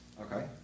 okay